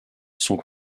sont